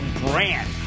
brand